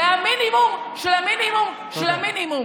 זה המינימום של המינימום של המינימום,